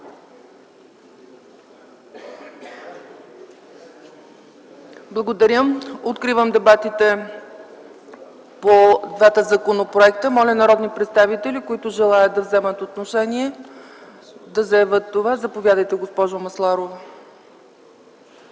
Благодаря. Откривам дебатите по двата законопроекта. Моля народни представители, които желаят да вземат отношение, да заявят това. Заповядайте, госпожо Масларова.